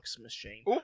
machine